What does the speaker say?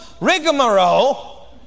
rigmarole